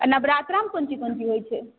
आ नबरात्रामे कोन चीज कोन चीज होइ छै